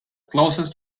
closest